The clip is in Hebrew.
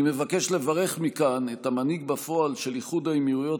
אני מבקש לברך מכאן את המנהיג בפועל של איחוד האמירויות